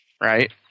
right